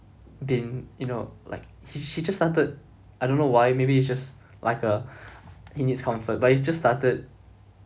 being you know like he he just started I don't know why maybe just like uh in his comfort but he just started